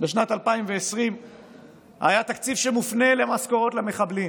לשנת 2020 היה תקציב שמופנה למשכורות למחבלים,